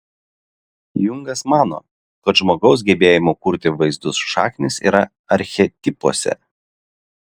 jungas mano kad žmogaus gebėjimo kurti vaizdus šaknys yra archetipuose